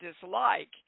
dislike